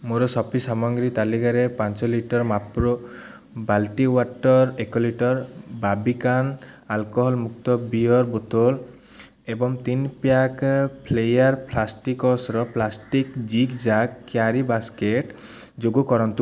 ମୋର ସପିଂ ସାମଗ୍ରୀ ତାଲିକାରେ ପାଞ୍ଚ ଲିଟର ମାପ୍ରୋ ବାର୍ଲି ୱାଟର୍ ଏକ ଲିଟର ବାର୍ବିକାନ ଆଲକୋହଲ ମୁକ୍ତ ବିୟର୍ ବୋତଲ ଏବଂ ତିନି ପ୍ୟାକ୍ ଫ୍ଲେୟାର୍ ପ୍ଲାଷ୍ଟିକ୍ସ୍ର ପ୍ଲାଷ୍ଟିକ୍ ଜିଗ୍ଜାଗ୍ କ୍ୟାରି ବାସ୍କେଟ୍ ଯୋଗ କରନ୍ତୁ